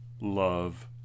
love